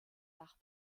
nach